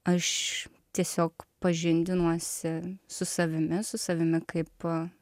aš tiesiog pažindinuosi su savimi su savimi kaip